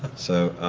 so